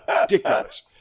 ridiculous